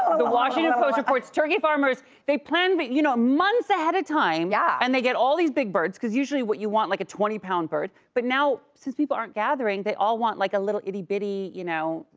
ah the washington post reports turkey farmers, they plan, but you know, months ahead of time yeah and they get all these big birds, because usually you want like, a twenty pound bird, but now since people aren't gathering, they all want like a little itty-bitty, you know,